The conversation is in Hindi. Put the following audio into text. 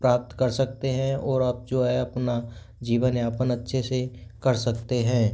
प्राप्त कर सकते हैं और आप जो है अपना जीवन यापन अच्छे से कर सकते हैं